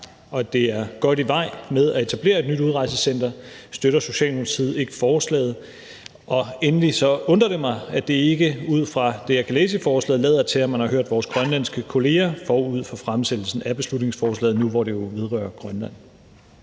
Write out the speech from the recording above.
og man er godt i vej med at etablere et nyt udrejsecenter, støtter Socialdemokratiet ikke forslaget. Endelig undrer det mig, at det ikke ud fra det, jeg kan læse i forslaget, lader til, at man har hørt vores grønlandske kolleger forud for fremsættelsen af beslutningsforslaget, nu hvor det jo vedrører Grønland.